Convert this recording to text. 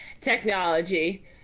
Technology